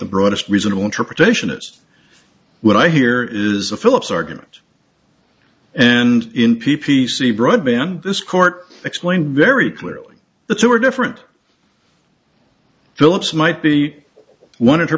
the broadest reasonable interpretation is what i hear is a philips argument and in p p c broadband this court explained very clearly the two are different phillips might be one